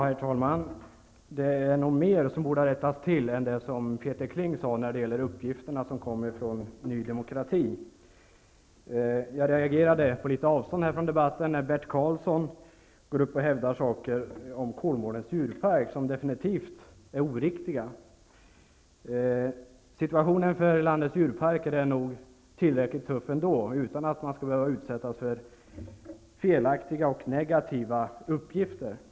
Herr talman! Det är nog mer som borde ha rättats till än det som Peter Kling sade när det gäller uppgifter som kommer från Ny demokrati. Jag reagerade på litet avstånd från debatten, när Bert Karlsson påstod saker om Kolmårdens djurpark som definitivt är oriktiga. Situationen för landets djurparker är nog tillräckligt tuff ändå, utan att det skall behöva lämnas felaktiga och negativa uppgifter om dem.